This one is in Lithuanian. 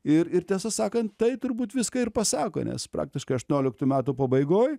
ir ir tiesą sakant tai turbūt viską ir pasako nes praktiškai aštuonioliktų metų pabaigoj